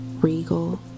regal